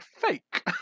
fake